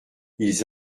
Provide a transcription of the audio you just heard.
ils